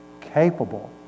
capable